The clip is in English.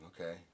okay